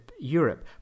europe